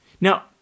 Now